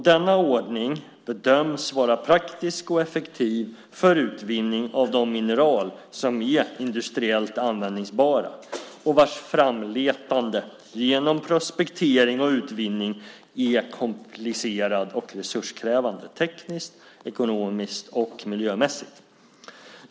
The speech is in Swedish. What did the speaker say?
Denna ordning bedöms vara praktisk och effektiv för utvinning av de mineral som är industriellt användbara och vars framletande genom prospektering och utvinning är komplicerad och resurskrävande tekniskt, ekonomiskt och miljömässigt.